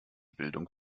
bildung